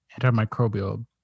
antimicrobial